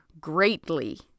greatly